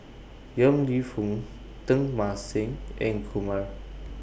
Yong Lew Foong Teng Mah Seng and Kumar